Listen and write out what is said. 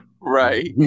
Right